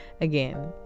again